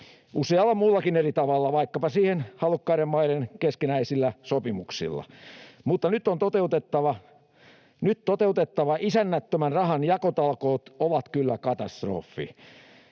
usealla muullakin eri tavalla, vaikkapa siihen halukkaiden maiden keskinäisillä sopimuksilla, mutta nyt toteutettavat isännättömän rahan jakotalkoot ovat kyllä katastrofi.